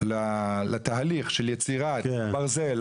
שיפריעו לתהליך של יצירת ברזל,